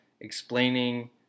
explaining